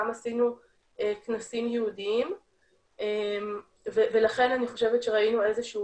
גם עשינו כנסים ייעודיים ולכן אני חושבת שראינו איזה שהיא